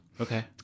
Okay